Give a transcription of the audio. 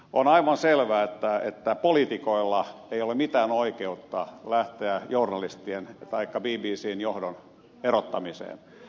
on aivan selvää että poliitikoilla ei ole mitään oikeutta lähteä journalistien taikka bbcn johdon erottamiseen